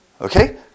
Okay